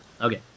Okay